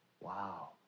Wow